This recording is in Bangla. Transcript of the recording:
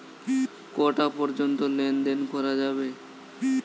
কটা পর্যন্ত লেন দেন করা যাবে?